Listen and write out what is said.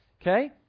Okay